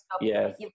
yes